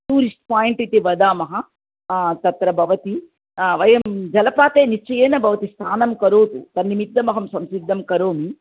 tourist point इति वदामः तत्र भवति वयं जलपाते निश्चयेन भवती स्नानं करोतु तन्निमित्तमहं संसिद्धं करोमि